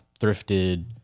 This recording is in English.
thrifted